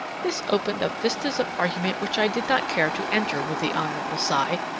this opened up vistas of argument which i did not care to enter with the hon. cy,